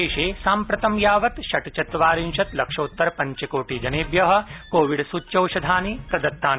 देशे साम्प्रतं यावत् षट्चत्वारिशत् लक्षोत्तर पंचकोटि जनेभ्यः कोविड सृच्यौषधानि प्रदत्तानि